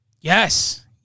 Yes